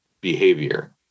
behavior